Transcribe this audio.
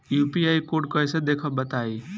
UPI code कैसे देखब बताई?